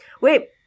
wait